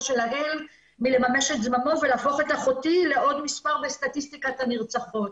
שלעיל מלממש את זממו ולהפוך את אחותי לעוד מספר בסטטיסטיקת הנרצחות.